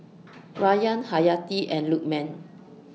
Rayyan Hayati and Lukman